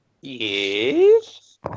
Yes